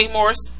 Morris